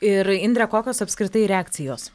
ir indre kokios apskritai reakcijos